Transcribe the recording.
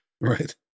Right